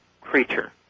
creature